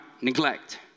neglect